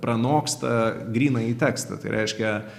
pranoksta grynąjį tekstą tai reiškia